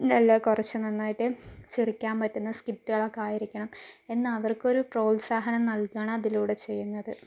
ഇതെല്ലാ കുറച്ചു നന്നായിട്ട് ചിരിക്കാൻ പറ്റുന്ന സ്കിറ്റുകളൊക്കെ ആയിരിക്കണം എന്നവർക്കൊരു ഒരു പ്രോത്സാഹനം നൽകുകയാണതിലൂടെ ചെയ്യുന്നത്